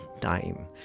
time